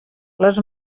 les